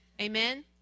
Amen